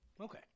Okay